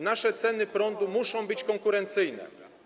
Nasze ceny prądu muszą być konkurencyjne.